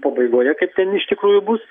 pabaigoje kaip ten iš tikrųjų bus